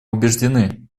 убеждены